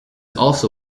also